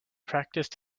practised